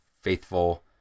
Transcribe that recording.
faithful